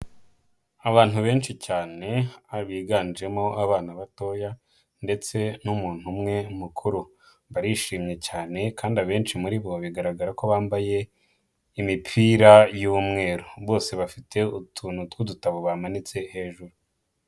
Abantu benshi cyane abiganjemo abana batoya ndetse n'umuntu umwe mukuru, barishimye cyane kandi abenshi muri bo bigaragara ko bambaye imipira y'umweru, bose bafite utuntu tw'udutabo bamanitse hejuru.